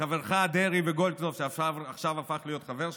וחברך דרעי, וגולדקנופ, שעכשיו הפך להיות חבר שלך,